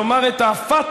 כלומר את הפתח,